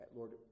lord